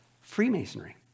Freemasonry